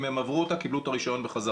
אם הם עברו אותה הם קיבלו את הרישיון בחזרה.